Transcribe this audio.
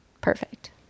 perfect